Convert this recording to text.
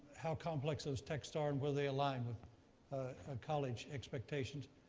how complex those texts are and whether they align with college expectations.